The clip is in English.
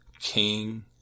king